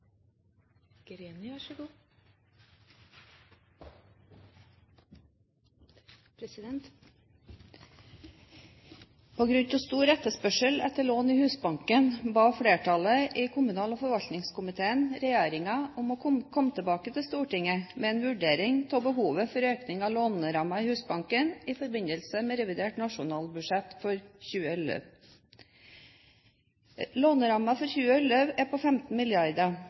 stor etterspørsel etter lån i Husbanken ba flertallet i kommunal- og forvaltningskomiteen regjeringen om å komme tilbake til Stortinget med en vurdering av behovet for en økning av lånerammen for Husbanken i forbindelse med revidert nasjonalbudsjett for 2011. Lånerammen for 2011 er på 15